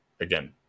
again